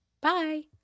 Bye